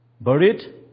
Buried